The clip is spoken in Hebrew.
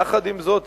יחד עם זאת,